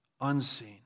unseen